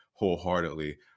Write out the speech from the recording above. wholeheartedly